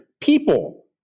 People